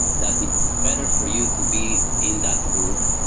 that it's better for you to be in that group,